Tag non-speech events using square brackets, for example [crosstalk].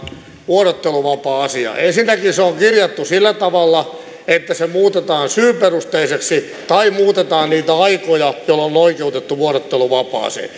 vuorotteluvapaa asiaan ensinnäkin se on kirjattu sillä tavalla että se muutetaan syyperusteiseksi tai muutetaan niitä aikoja jolloin on oikeutettu vuorotteluvapaaseen [unintelligible]